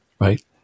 right